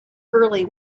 early